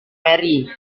mary